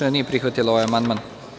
nije prihvatila ovaj amandman.